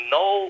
no